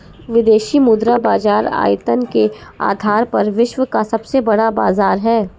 विदेशी मुद्रा बाजार आयतन के आधार पर विश्व का सबसे बड़ा बाज़ार है